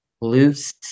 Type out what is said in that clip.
loose